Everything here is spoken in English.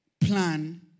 plan